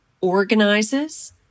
organizes